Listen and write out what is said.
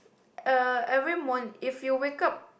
uh every morning if you wake up